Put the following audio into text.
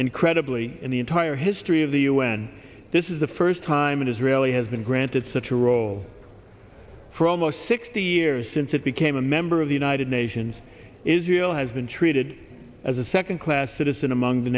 incredibly in the entire history of the un this is the first time an israeli has been granted such a role for almost sixty years since it became a member of the united nations israel has been treated as a second class citizen among the